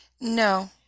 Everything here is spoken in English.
No